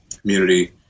community